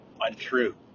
untrue